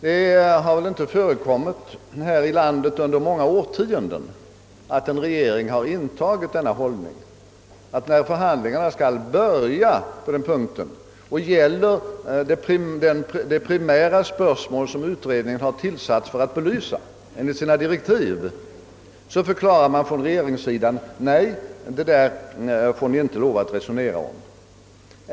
Det har väl inte under många årtionden förekommit här i landet att en regering har intagit den hållningen, att när förhandlingarna skall börja — och de gäller det primära spörsmål som utredningen enligt sina direktiv tillsatts för att belysa — förklarar regeringssidan: Nej, detta får ni inte resonera om.